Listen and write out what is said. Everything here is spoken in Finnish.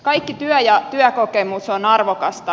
kaikki työ ja työkokemus on arvokasta